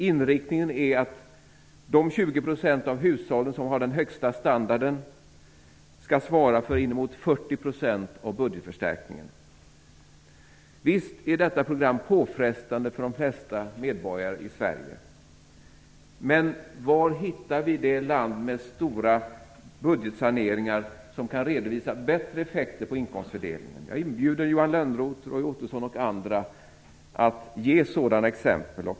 Inriktningen är att de 20 % av hushållen som har den högsta standarden skall svara för uppemot 40 % Visst är detta program påfrestande för de flesta medborgare i Sverige. Men var hittar vi det land med stora budgetsaneringar som kan redovisa bättre effekter på inkomstfördelningen? Jag inbjuder Johan Lönnroth, Roy Ottosson och andra att ge sådana exempel.